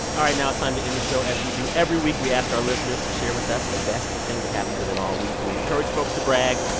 all right. now it's time to end the show. as we do every week, we ask our listeners to share with us the best thing that happened to them all week. we encourage folks to brag.